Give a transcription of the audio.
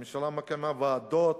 הממשלה מקימה ועדות,